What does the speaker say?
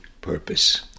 purpose